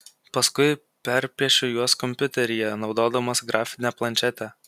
paskui perpiešiu juos kompiuteryje naudodamas grafinę planšetę